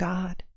God